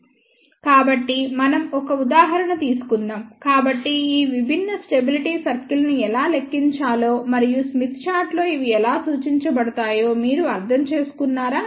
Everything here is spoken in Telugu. కాబట్టి మనం ఒక ఉదాహరణ తీసుకుందాం కాబట్టి ఈ విభిన్న స్టెబిలిటీ సర్కిల్స్ ను ఎలా లెక్కించాలో మరియు స్మిత్ చార్టులో ఇవి ఎలా సూచించబడుతాయో మీరు అర్థం చేసుకున్నారా